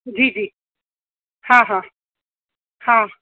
जी जी हा हा हा